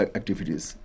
activities